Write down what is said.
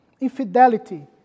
infidelity